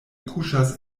kuŝas